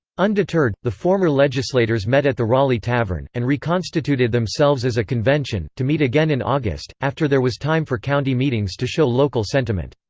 undeterred, the former legislators met at the raleigh tavern, and reconstituted themselves as a convention, to meet again in august, after there was time for county meetings to show local sentiment.